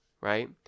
right